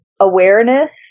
awareness